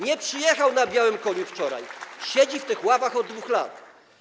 Nie przyjechał na białym koniu wczoraj, siedzi w tych ławach od 2 lat.